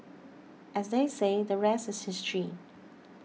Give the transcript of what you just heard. as they say the rest is history